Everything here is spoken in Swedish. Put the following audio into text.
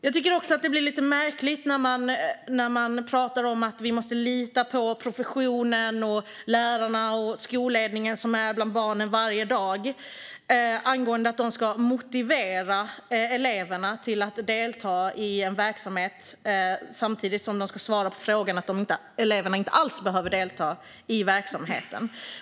Jag tycker också att det blir lite märkligt när man pratar om att vi måste lita på professionen, lärarna och skolledningen, som är bland barnen varje dag. De ska motivera eleverna till att delta i en verksamhet samtidigt som de ska svara på frågor om att eleverna inte alls behöver delta i verksamheten.